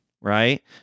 right